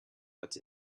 that